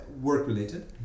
work-related